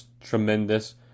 tremendous